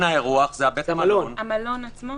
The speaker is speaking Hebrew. זה המלון עצמו.